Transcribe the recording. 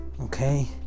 okay